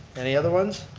any other ones?